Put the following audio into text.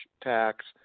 tax